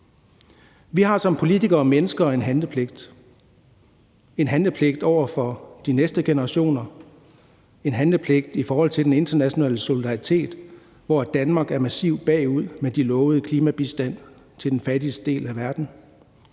Vi har som politikere og mennesker en handlepligt – en handlepligt over for de næste generationer og en handlepligt i forhold til den internationale solidaritet. Her er Danmark massivt bagud med den lovede klimabistand til den fattigste del af verden.